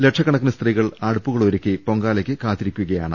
ലക്ഷക്കണക്കിന് സ്ത്രീകൾ അടു പ്പുകളൊരുക്കി പൊങ്കാലയ്ക്ക് കാത്തിരിക്കുകയാണ്